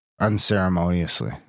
Unceremoniously